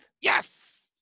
Yes